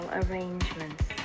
arrangements